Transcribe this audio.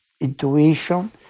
intuition